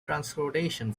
transportation